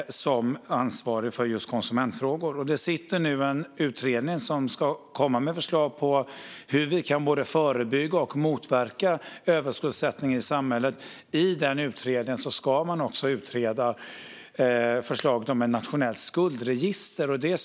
Det sitter nu en utredning som ska komma med förslag på hur vi både kan förebygga och motverka överskuldsättning i samhället. Utredningen ska också omfatta förslaget om ett nationellt skuldregister.